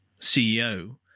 CEO